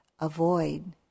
avoid